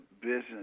business